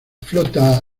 flota